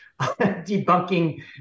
debunking